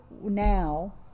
now